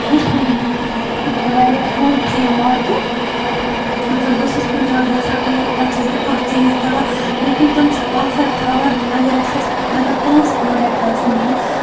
یُس سون ڈِسٹرٕک چھُ ییٚتہِ چھِ واریاہ ہولسیل مارکٮ۪ٹ تہٕ بہٕ چھس کُنہِ ساتہٕ گَژھان تور تَتہِ چھس بہٕ کانٛہہ چیز تُلان لیکِن تِم چھِ آفَر تھاوان اگر اَسہِ آسہِ مطلب پانژھ پروڈکٹ آسہِ نِنۍ